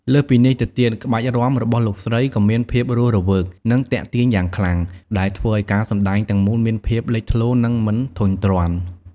លើសពីនេះទៅទៀត ក្បាច់រាំ របស់លោកស្រីក៏មាន ភាពរស់រវើក និង ទាក់ទាញ យ៉ាងខ្លាំង ដែលធ្វើឲ្យការសម្ដែងទាំងមូលមានភាពលេចធ្លោ និងមិនធុញទ្រាន់។